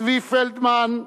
צבי פלדמן,